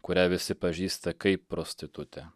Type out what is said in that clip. kurią visi pažįsta kaip prostitutę